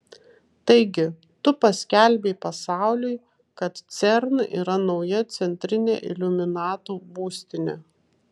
taigi tu paskelbei pasauliui kad cern yra nauja centrinė iliuminatų būstinė